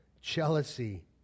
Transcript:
Jealousy